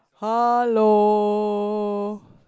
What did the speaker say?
hello